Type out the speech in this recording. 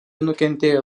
nukentėjo